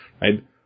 Right